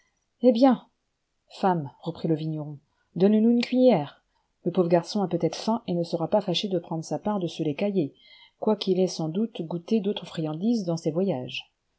eh bien femme reprit le vigneron donnenous une cuillère le pauvre garçon a peut-être faim et ne sera pas fâché de prendre sa pa'c de ce lait caillé quoiqu'il ait sans doute goûté dautres friandises dans ses voyages